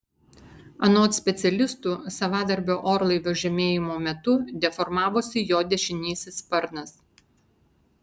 anot specialistų savadarbio orlaivio žemėjimo metu deformavosi jo dešinysis sparnas